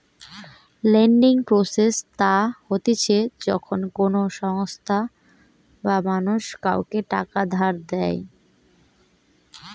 lending process তা হতিছে যখন কোনো সংস্থা বা মানুষ কাওকে টাকা ধার দেয়